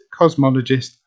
cosmologist